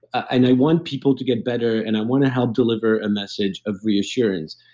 and i want people to get better, and i want to help deliver a message of reassurance.